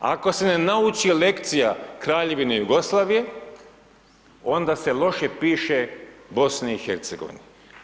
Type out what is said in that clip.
Ako se nauči lekcija Kraljevine Jugoslavije onda se loše piše BiH-u.